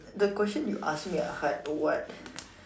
the questions you ask me are hard what